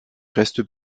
restent